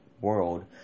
world